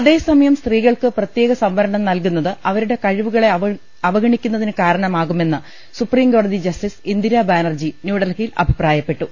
അതേസമയം സ്ത്രീകൾക്ക് പ്രത്യേക സംവരണം നൽകുന്നത് അവരുടെ കഴിവുകളെ അവഗണിക്കുന്നതിന് കാരണമാകുമെന്ന് സുപ്രീം കോടതി ജസ്റ്റിസ് ഇന്ദിരാ ബാനർജി ന്യൂഡൽഹിയിൽ അഭി പ്രായപ്പെട്ടു